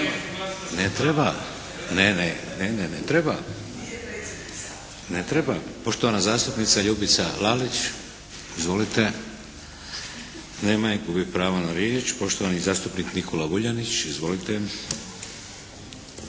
Ne treba, ne, ne, ne treba. Ne treba. Poštovana zastupnica Ljubica Lalić. Izvolite. Nema je. Gubi pravo na riječ. Poštovani zastupnik Nikola Vuljanić. Izvolite.